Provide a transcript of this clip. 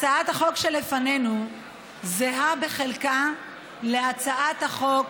הצעת החוק שלפנינו זהה בחלקה להצעת החוק